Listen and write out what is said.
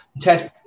test